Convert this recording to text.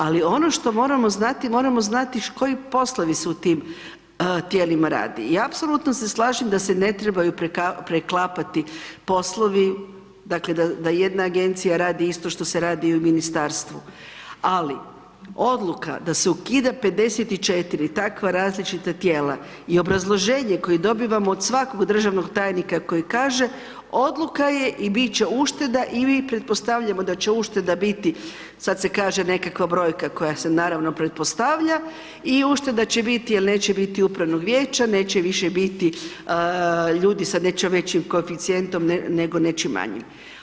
Ali ono što moramo znati, moramo znati koji poslovi su u tijelima radi i apsolutno se slažem da se ne trebaju preklapati poslovi, dakle da jedna agencija radi isto što se radi i u ministarstvu, ali odluka da se ukida 54 takva različita tijela i obrazloženje koje dobivamo od svakog državnog tajnika koji kaže, odluka je i bit će ušteda i mi pretpostavljamo da će ušteda biti, sad se kaže nekakva brojka, koja se naravno pretpostavlja i ušteda će biti jer neće biti upravnog vijeća, neće više biti ljudi sa nešto većim koeficijentom nego nečim manjim.